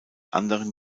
anderen